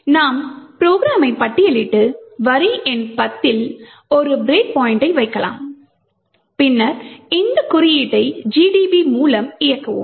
நாம் ப்ரோக்ராமை பட்டியலிட்டு வரி எண் 10 இல் ஒரு பிரேக் பாயிண்டை வைக்கலாம் பின்னர் இந்த குறியீட்டை GDB மூலம் இயக்குவோம்